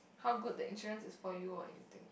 how good the insurance is for you or anything